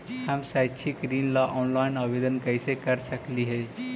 हम शैक्षिक ऋण ला ऑनलाइन आवेदन कैसे कर सकली हे?